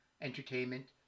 entertainment